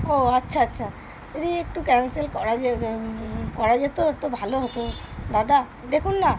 ও আচ্ছা আচ্ছা যদি একটু ক্যানসেল করা করা যেত তো ভালো হতো দাদা দেখুন না